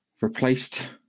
replaced